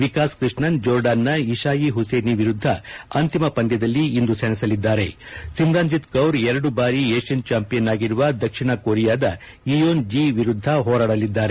ವಿಕಾಸ್ ಕೃಷ್ಣನ್ ಜೋರ್ಡಾನ್ನ ಇಶಾಯಿ ಹುಸೇನಿ ವಿರುದ್ದ ಅಂತಿಮ ಪಂದ್ಯದಲ್ಲಿ ಇಂದು ಸೇಣಸಲಿದ್ದರೆ ಸಿಮ್ರಾನ್ಜಿತ್ ಕೌರ್ ಎರಡು ಬಾರಿ ಏಷ್ಣನ್ ಚಾಂಪಿಯನ್ ಆಗಿರುವ ದಕ್ಷಿಣ ಕೊರಿಯಾದ ಇಯೊನ್ ಜಿ ವಿರುದ್ದ ಹೋರಾಡಲಿದ್ದಾರೆ